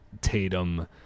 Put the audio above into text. Tatum